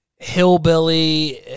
hillbilly